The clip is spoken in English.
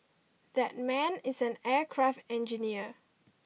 that man is an aircraft engineer